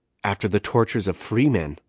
after the tortures of free-men,